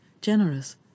generous